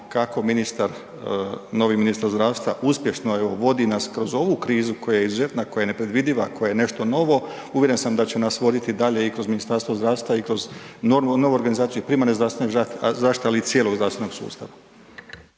kada vidimo kako novi ministar zdravstva uspješno vodi nas kroz ovu krizu koja je izuzetna, koja je nepredvidiva, koja je nešto novo uvjeren sam da će nas voditi dalje i kroz Ministarstvo zdravstva i kroz … novu organizaciju primarne zaštite, ali i cijelog zdravstvenog sustava.